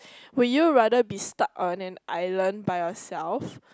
will you rather be start on an island by yourself